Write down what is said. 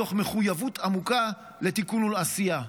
מתוך מחויבות עמוקה לתיקון ולעשייה.